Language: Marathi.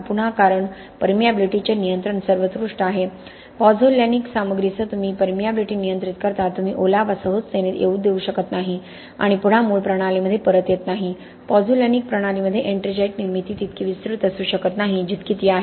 पुन्हा कारण परमिएबिलिटीचे नियंत्रण सर्वोत्कृष्ट आहे पॉझोलॅनिक सामग्रीसह तुम्ही परमिएबिलिटी नियंत्रित करता तुम्ही ओलावा सहजतेने येऊ देत नाही आणि पुन्हा मूळ प्रणालीमध्ये परत येत नाही पॉझोलॅनिक प्रणालीमध्ये एट्रिंगाइट निर्मिती तितकी विस्तृत असू शकत नाही जितकी ती आहे